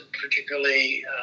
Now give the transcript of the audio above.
particularly